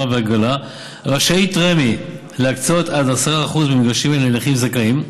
והגרלה רשאית רמ"י להקצות עד 10% מהמגרשים לנכים זכאים.